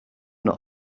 not